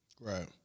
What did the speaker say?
Right